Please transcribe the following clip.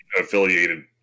affiliated